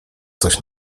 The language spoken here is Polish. coś